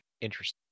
Interesting